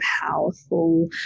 powerful